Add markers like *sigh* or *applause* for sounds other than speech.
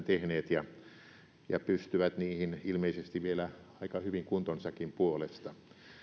*unintelligible* tehneet ja ja pystyvät niihin ilmeisesti vielä aika hyvin kuntonsakin puolesta